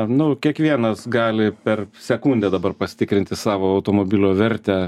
nu kiekvienas gali per sekundę dabar pasitikrinti savo automobilio vertę